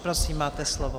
Prosím, máte slovo.